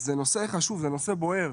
זה נושא חשוב, זה נושא בוער.